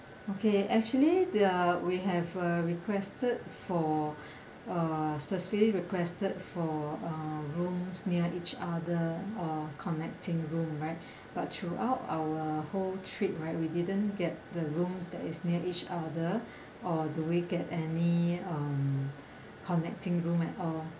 okay actually the we have a requested for uh specifically requested for uh room near each other or connecting room right but throughout our whole trip right we didn't get the room that is near each other or do we get any um connecting room at all